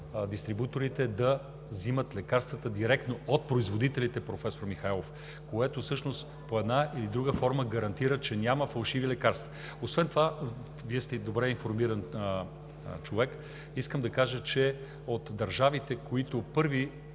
дистрибуторите да взимат лекарствата директно от производителите, професор Михайлов. Това всъщност под една или друга форма гарантира, че няма фалшиви лекарства. Освен това – Вие сте добре информиран човек, искам да кажа, че от държавите, които първи,